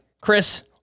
Chris